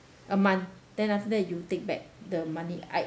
a month then after that you take back the money I